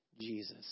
jesus